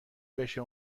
بشه